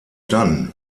dann